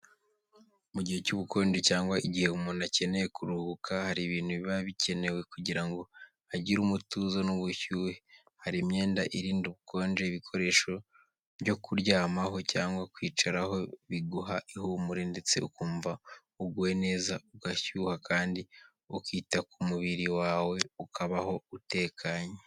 Mu gihe cy’ubukonje cyangwa igihe umuntu akeneye kuruhuka, hari ibintu biba bikenewe kugira ngo agire umutuzo n'ubushyuhe. Hari imyenda irinda ubukonje, ibikoresho byo kuryamaho cyangwa kwicaraho biguha ihumure, ndetse ukumva uguwe neza ugashyuha kandi ukita ku mubiri wawe ukabaho utekanye.